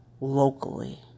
locally